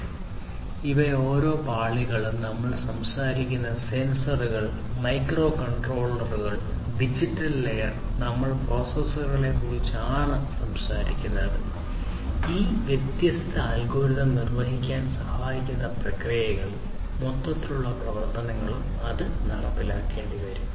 അതിനാൽ ഈ ഓരോ പാളികളിലും നമ്മൾ സംസാരിക്കുന്നത് സെൻസറുകൾ മൈക്രോകൺട്രോളറുകൾ ഡിജിറ്റൽ ലെയർ നമ്മൾ പ്രോസസ്സറുകളെക്കുറിച്ചാണ് സംസാരിക്കുന്നത് ഈ വ്യത്യസ്ത അൽഗോരിതം നിർവ്വഹിക്കാൻ സഹായിക്കുന്ന പ്രക്രിയകളിൽ മൊത്തത്തിലുള്ള പ്രവർത്തനങ്ങളും അത് നടപ്പിലാക്കേണ്ടിവരും